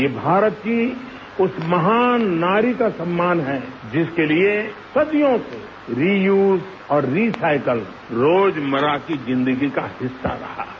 ये भारत की उस महान नारी का सम्मान है जिसके लिए सदियों से री यूज और री साइकल रोजमर्रा की जिंदगी का हिस्सा रहा है